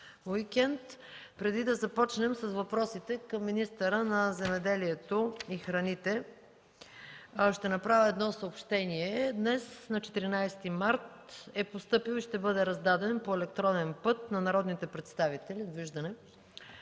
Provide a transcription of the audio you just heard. уикенд. Преди да започнем с въпросите към министъра на земеделието и храните, ще направя едно съобщение. Днес, на 14 март 2014 г., е постъпил и ще бъде раздаден по електронен път на народните представител